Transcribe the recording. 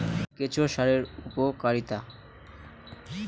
কেঁচো সারের উপকারিতা?